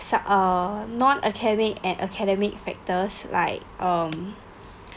some uh non academic and academic factors like um